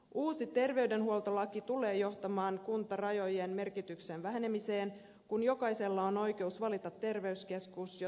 uusi terveydenhuoltolaki tulee johtamaan kuntarajojen merkityksen vähenemiseen kun jokaisella on oikeus valita terveyskeskus jota käyttää